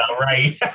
right